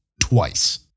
twice